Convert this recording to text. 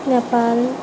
Nepal